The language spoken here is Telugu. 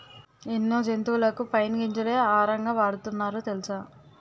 ఎన్నో జంతువులకు పైన్ గింజలే ఆహారంగా వాడుతున్నారు తెలుసా?